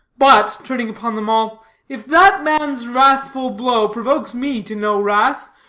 but, turning upon them all, if that man's wrathful blow provokes me to no wrath,